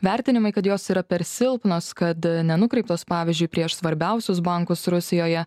vertinimai kad jos yra per silpnos kad nenukreiptos pavyzdžiui prieš svarbiausius bankus rusijoje